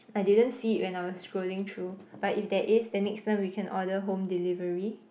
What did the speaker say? I didn't see it when I was scrolling through but if there is then next time we can order home delivery